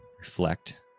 reflect